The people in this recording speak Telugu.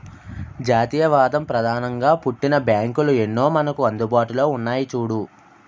జాతీయవాదం ప్రధానంగా పుట్టిన బ్యాంకులు ఎన్నో మనకు అందుబాటులో ఉన్నాయి చూడు